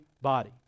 body